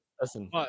Listen